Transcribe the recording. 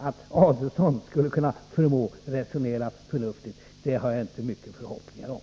Att Adelsohn skulle kunna förmås att resonera förnuftigt har jag inte stora förhoppningar om.